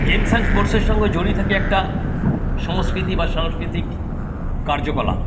games and স্পোর্টসের সঙ্গে জড়িয়ে থাকে একটা সংস্কৃতি বা সাংস্কৃতিক কার্যকলাপ